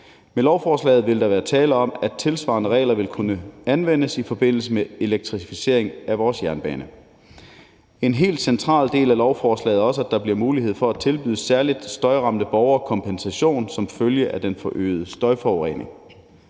Med lovforslaget vil der være tale om, at tilsvarende regler vil kunne anvendes i forbindelse med elektrificeringen af vores jernbane. En helt central del af lovforslaget er, at der også bliver mulighed for at tilbyde særlig støjramte borgere kompensation som følge af den forøgede støjforurening.